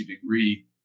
degree